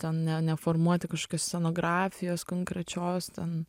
ten ne neformuoti kažkas scenografijos konkrečios ten